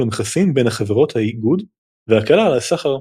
המכסים בין חברות האיגוד והקלה על הסחר.